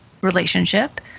relationship